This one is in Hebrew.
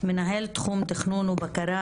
גם בחומש הקודם וגם בחומש הזה,